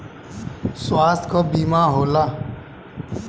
स्वास्थ्य क बीमा होला